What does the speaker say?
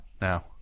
now